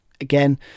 again